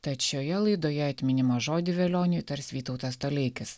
tad šioje laidoje atminimo žodį velioniui tars vytautas toleikis